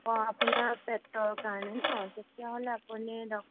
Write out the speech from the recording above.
অঁ আপোনাৰ পেটৰ কাৰণে ন' তেতিয়া হ'লে আপুনি ডক্তৰ